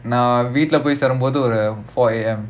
நான் வீட்டுல போய் சேரும் போது:naan veetula poi serum pothu four A_M